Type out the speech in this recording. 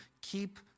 keep